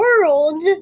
world